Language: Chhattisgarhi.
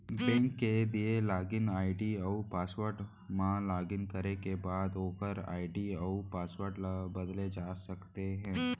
बेंक के दिए लागिन आईडी अउ पासवर्ड म लॉगिन करे के बाद म ओकर आईडी अउ पासवर्ड ल बदले जा सकते हे